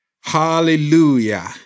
Hallelujah